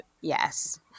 yes